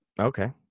Okay